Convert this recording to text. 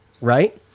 right